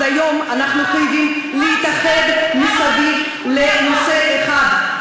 אז היום אנחנו חייבים להתאחד סביב נושא אחד.